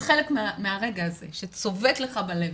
זה חלק מהרגע הזה שצובט לך בלב.